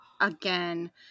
again